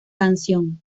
canción